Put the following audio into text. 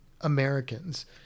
Americans